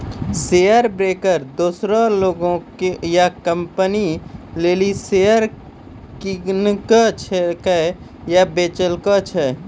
share broker दोसरो लोग या कंपनी लेली शेयर किनै छै या बेचै छै